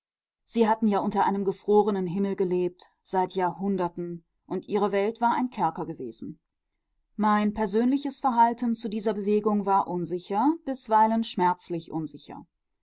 sie hatten ja unter einem gefrorenen himmel gelebt seit jahrhunderten und ihre welt war ein kerker gewesen mein persönliches verhalten zu dieser bewegung war unsicher bisweilen schmerzlich unsicher